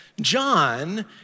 John